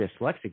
dyslexic